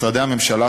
משרדי הממשלה,